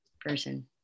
person